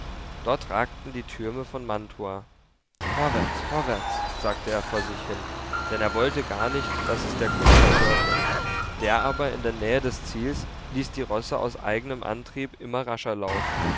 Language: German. dort ragten die türme von mantua vorwärts vorwärts sagte er vor sich hin denn er wollte gar nicht daß es der kutscher hörte der aber in der nähe des ziels ließ die rosse aus eignem antrieb immer rascher laufen